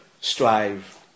strive